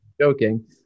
joking